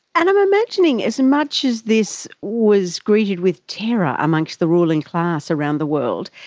and i'm imagining, as much as this was greeted with terror amongst the ruling class around the world,